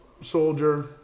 soldier